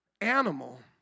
animal